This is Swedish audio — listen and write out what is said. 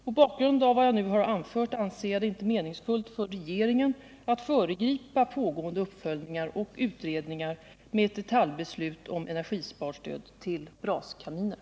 Mot bakgrund av vad jag nu har anfört anser jag det inte meningsfullt för regeringen att föregripa pågående uppföljningar och utredningar med ett detaljbeslut om energisparstöd till braskaminer.